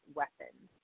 weapons